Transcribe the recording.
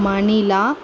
Manila